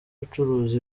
gucuruza